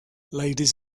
ladies